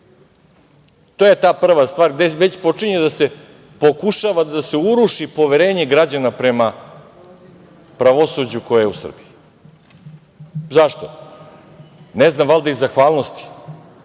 To je ta prva stvar gde već počinje da se pokušava da se uruši poverenje građana prema pravosuđu koje je u Srbiji. Zašto? Ne znam, valjda iz zahvalnosti